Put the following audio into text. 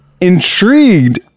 intrigued